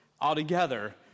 altogether